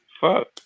fuck